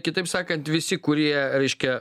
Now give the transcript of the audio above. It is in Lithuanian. kitaip sakant visi kurie reiškia